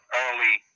early